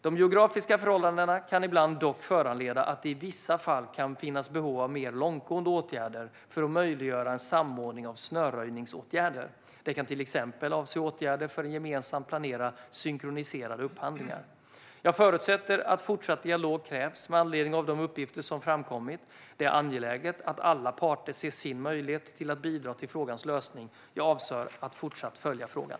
De geografiska förhållandena kan ibland dock föranleda att det i vissa fall kan finnas behov av mer långtgående åtgärder för att möjliggöra en samordning av snöröjningsåtgärder. Det kan till exempel avse åtgärder för att gemensamt planera för synkroniserade upphandlingar. Jag förutsätter att fortsatt dialog krävs med anledning av de uppgifter som framkommit. Det är angeläget att alla parter ser sin möjlighet till att bidra till frågans lösning. Jag avser att fortsatt följa frågan.